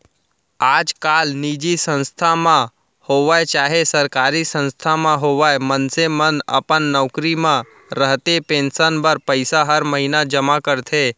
आजकाल निजी संस्था म होवय चाहे सरकारी संस्था म होवय मनसे मन अपन नौकरी म रहते पेंसन बर पइसा हर महिना जमा करथे